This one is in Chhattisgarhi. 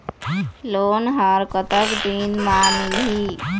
लोन ह कतक दिन मा मिलही?